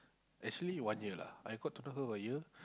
actually one year lah I got to know her a year